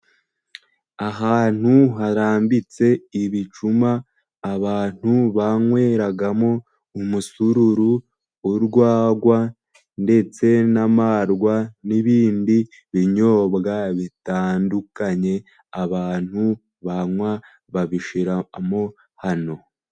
Ahantu harambitse ibicuma abantu banyweragamo umusururu, urwagwa ndetse n'amarwa, n'ibindi binyobwa bitandukanye abantu banywa babishyiramo hano.